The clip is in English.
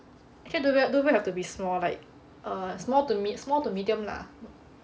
actually don't even don't even have to be small like err small to small to medium lah